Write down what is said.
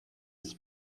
its